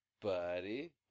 buddy